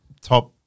top